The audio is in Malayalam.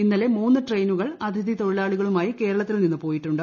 ഇന്നലെ മൂന്നു ട്രെയിനുകൾ അതിഥി ത്രൊഴീലാളികളുമായി കേരളത്തിൽ നിന്ന് പോയിട്ടുണ്ട്